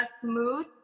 smooth